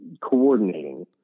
coordinating